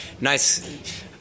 nice